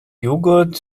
jogurt